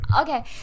okay